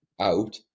out